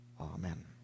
Amen